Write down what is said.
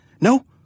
No